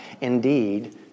Indeed